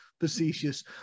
facetious